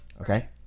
Okay